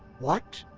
what?